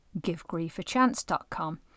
givegriefachance.com